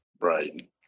Right